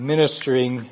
Ministering